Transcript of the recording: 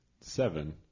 seven